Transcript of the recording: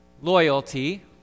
loyalty